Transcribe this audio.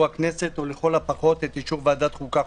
הכנסת או לכל הפחות או אישור ועדת החוקה,